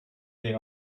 the